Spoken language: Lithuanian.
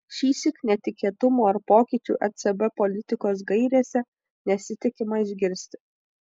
šįsyk netikėtumų ar pokyčių ecb politikos gairėse nesitikima išgirsti